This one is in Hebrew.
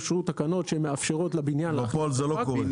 אושרו תקנות שמאפשרות לבניין -- בפועל זה לא קורה.